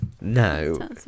no